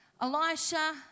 Elisha